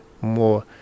more